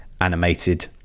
animated